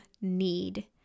need